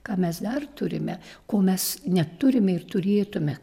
ką mes dar turime ko mes neturime ir turėtume